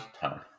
Town